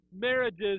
marriages